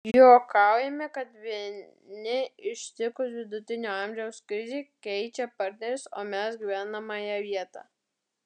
juokaujame kad vieni ištikus vidutinio amžiaus krizei keičia partnerius o mes gyvenamąją vietą